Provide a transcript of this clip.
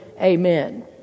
Amen